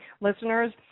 listeners